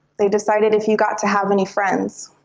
they decided if you got to have any friends.